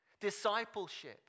Discipleship